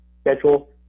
schedule